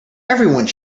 everyone